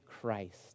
Christ